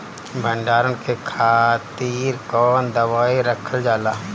भंडारन के खातीर कौन दवाई रखल जाला?